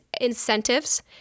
incentives